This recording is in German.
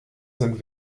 sind